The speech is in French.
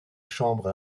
chambre